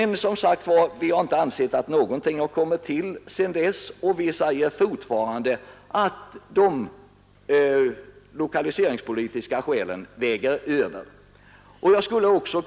Något nytt har som sagt inte tillförts denna fråga sedan förra året, och vi anser fortfarande att de lokaliseringspolitiska skälen är det som betyder mest.